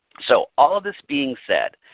so all of this being said,